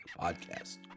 podcast